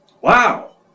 Wow